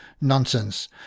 Nonsense